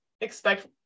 expect